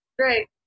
Great